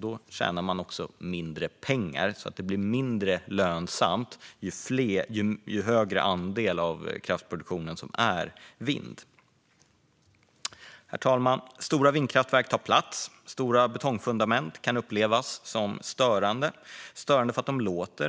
Då tjänar man också mindre pengar, så det blir mindre lönsamt ju högre andel av kraftproduktionen som kommer från vind. Herr talman! Stora vindkraftverk tar plats. Stora betongfundament kan upplevas som störande, därför att de låter